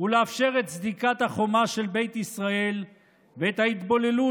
ולאפשר את סדיקת החומה של בית ישראל ואת ההתבוללות